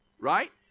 right